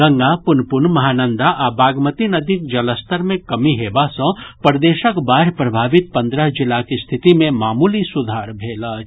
गंगा प्रनपुन महानंदा आ बागमती नदीक जलस्तर मे कमी हेबा सँ प्रदेशक बाढ़ि प्रभावित पन्द्रह जिलाक स्थिति मे मामूली सुधार भेल अछि